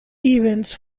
events